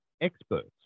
experts